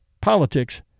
politics